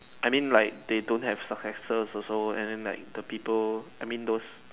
I mean like they don't have successor also and then like the people I mean those